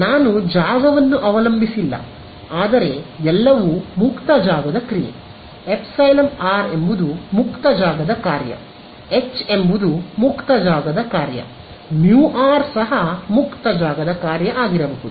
ನಾನು ಜಾಗವನ್ನು ಅವಲಂಬಿಸಿಲ್ಲ ಆದರೆ ಎಲ್ಲವೂ ಮುಕ್ತ ಜಾಗದ ಕ್ರಿಯೆ ಎಪ್ಸೈಲನ್ r ಎಂಬುದು ಮುಕ್ತ ಜಾಗದ ಕಾರ್ಯ H ಎಂಬುದು ಮುಕ್ತ ಜಾಗದ ಕಾರ್ಯ μr ಸಹ ಮುಕ್ತ ಜಾಗದ ಕಾರ್ಯ ಆಗಿರಬಹುದು